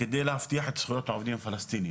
מנת להבטיח את זכויות העובדים הפלסטינים,